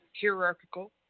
hierarchical